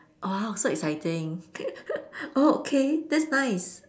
ah so exciting oh okay that's nice